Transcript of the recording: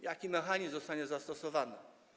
Jaki mechanizm zostanie zastosowany?